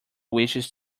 wishes